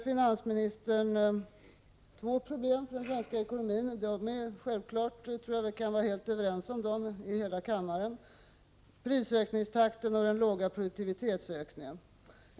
Finansministern nämnde två problem inom den svenska ekonomin. Jag tror att alla i kammaren kan vara överens om vilka problem det är: prisökningstakten och den låga produktivitetsökningen.